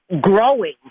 growing